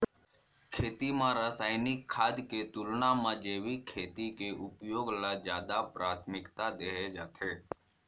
खेती म रसायनिक खाद के तुलना म जैविक खेती के उपयोग ल ज्यादा प्राथमिकता देहे जाथे